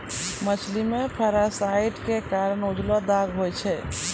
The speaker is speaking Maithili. मछली मे पारासाइट क कारण उजलो दाग होय छै